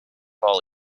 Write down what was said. all